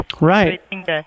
Right